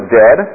dead